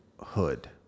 hood